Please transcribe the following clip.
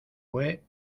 fue